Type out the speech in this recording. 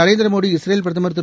Narendra Modi Israel பிரதமர் திரு